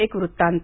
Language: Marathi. एक वृत्तांत